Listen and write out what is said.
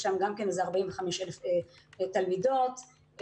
יש שם כ-45,000 תלמידות,